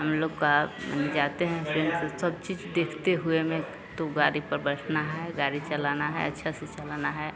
हम लोग का जाते हैं फ्रेंड्स सब चीज़ देखते हुए में तो गाड़ी पर बैठना है गारी चलाना है अच्छा से चलाना है